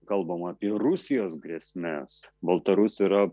kalbam apie rusijos grėsmes baltarusių yra